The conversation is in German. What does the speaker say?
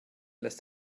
lässt